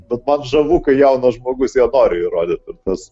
bet man žavu kai jaunas žmogus ją nori įrodyt ir tas